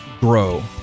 grow